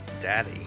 Daddy